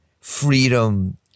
Freedom